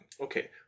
Okay